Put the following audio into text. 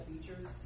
features